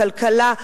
כלכלה,